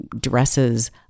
dresses